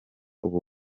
ubu